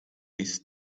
this